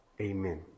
amen